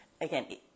again